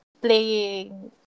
playing